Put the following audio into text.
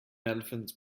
elephants